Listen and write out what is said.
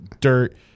dirt